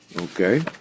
Okay